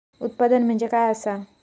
उत्पादन म्हणजे काय असा?